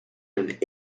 and